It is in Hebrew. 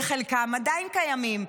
וחלקם עדיין קיימים,